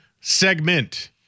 segment